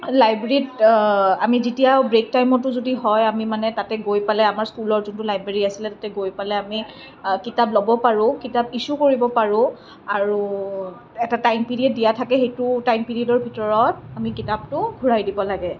লাইব্ৰেৰীত আমি যেতিয়া ব্ৰেক টাইমতো যদি হয় আমি মানে তাতে গৈ পেলাই আমাৰ স্কুলৰ যোনটো লাইব্ৰেৰী আছিলে তাতে গৈ পেলাই আমি কিতাপ ল'ব পাৰোঁ কিতাপ ইছ্যু কৰিব পাৰোঁ আৰু এটা টাইম পিৰিয়ড দিয়া থাকে সেইটো টাইম পিৰিয়ডৰ ভিতৰত আমি কিতাপটো ঘূৰাই দিব লাগে